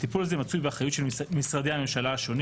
הטיפול הזה מצוי באחריות של משרדי הממשלה השונים